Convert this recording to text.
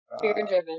Fear-driven